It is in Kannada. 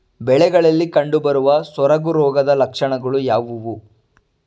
ಬೆಳೆಗಳಲ್ಲಿ ಕಂಡುಬರುವ ಸೊರಗು ರೋಗದ ಲಕ್ಷಣಗಳು ಯಾವುವು?